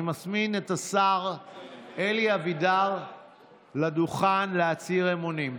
אני מזמין את השר אלי אבידר לדוכן להצהיר אמונים.